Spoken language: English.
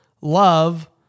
love